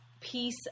piece